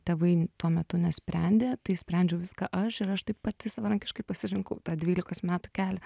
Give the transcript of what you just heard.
tėvai tuo metu nesprendė tai sprendžiau viską aš ir aš taip pati savarankiškai pasirinkau tą dvylikos metų kelią